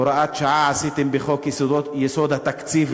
הוראת שעה עשיתם בחוק-יסוד: תקציב המדינה,